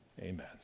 amen